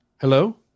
Hello